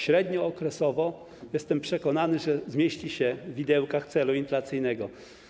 Średniookresowo, jestem przekonany, zmieści się w widełkach celu inflacyjnego.